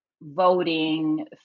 voting